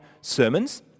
sermons